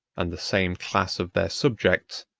and the same class of their subjects,